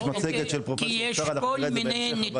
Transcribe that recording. יש מצגת של פרופ' בשארה אנחנו נראה את זה בהמשך.